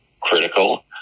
critical